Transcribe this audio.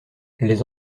les